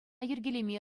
йӗркелеме